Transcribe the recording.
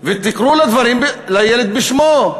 ותקראו לילד בשמו.